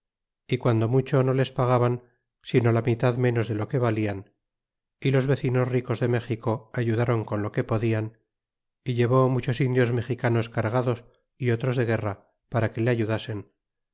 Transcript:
y guando mucho no les pagaban sino la mitad menos de lo que valian y los vecinos ricos de méxico ayudaron con lo que podían y llevó muchos indios mexicanos cargados y otros de guerra para que le ayudasen